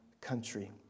country